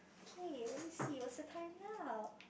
K let me see what's the time now